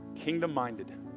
kingdom-minded